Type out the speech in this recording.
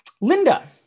Linda